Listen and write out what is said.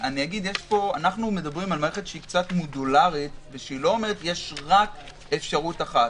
אנחנו מדברים על מערכת שהיא קצת מודולרית ושלא אומרת שיש רק אפשרות אחת.